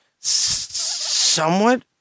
somewhat